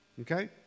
okay